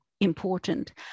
important